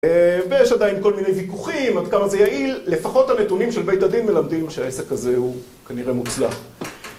ויש עדיין כל מיני ויכוחים, עד כמה זה יעיל, לפחות הנתונים של בית הדין מלמדים שהעסק הזה הוא כנראה מוצלח.